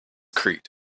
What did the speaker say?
creaked